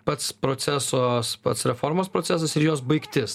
pats proceso pats reformos procesas ir jos baigtis